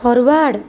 forward